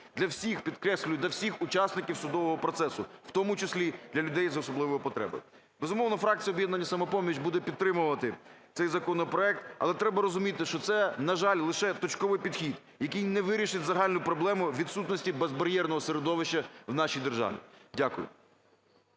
для всіх, підкреслюю, для всіх учасників судового процесу, в тому числі для людей з особливою потребою. Безумовно, фракція "Об'єднання "Самопоміч" буде підтримувати цей законопроект. Але треба розуміти, що це, на жаль, лише точковий підхід, який не вирішить загальну проблему відсутності безбар'єрного середовища в нашій державі. Дякую.